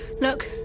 Look